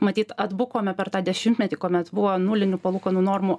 matyt atbukome per tą dešimtmetį kuomet buvo nulinių palūkanų normų